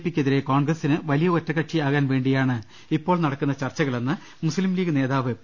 പിക്കെതിരെ കോൺഗ്രസിന് വലിയ ഒറ്റകക്ഷി ആകാൻ വേണ്ടിയാണ് ഇപ്പോൾ നടക്കുന്ന ചർച്ചകളെന്ന് മുസ്ലിംലീഗ് നേതാവ് പി